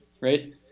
right